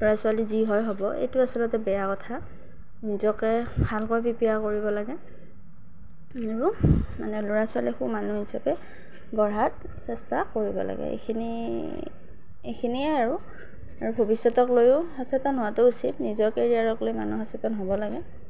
ল'ৰা ছোৱালী যি হয় হ'ব এইটো আচলতে বেয়া কথা নিজকে ভালকৈ প্ৰিপেয়াৰ কৰিব লাগে আৰু মানে ল'ৰা ছোৱালীকো মানুহ হিচাপে গঢ়াত চেষ্টা কৰিব লাগে এইখিনি এইখিনিয়েই আৰু ভৱিষ্য় তকলৈয়ো সচেতন হোৱা উচিত নিজৰ কেৰিয়াৰক লৈ মানুহ সচেতন হ'ব লাগে